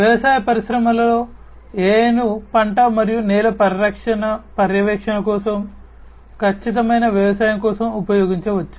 వ్యవసాయ పరిశ్రమలో AI ను పంట మరియు నేల పర్యవేక్షణ కోసం ఖచ్చితమైన వ్యవసాయం కోసం ఉపయోగించవచ్చు